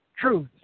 truth